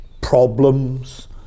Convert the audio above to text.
problems